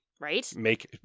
Right